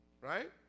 right